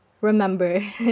remember